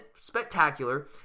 spectacular